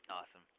Awesome